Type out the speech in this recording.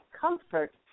comfort